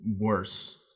worse